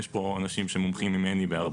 יש פה אנשים שמומחים ממני בהרבה.